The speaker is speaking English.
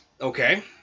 Okay